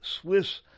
Swiss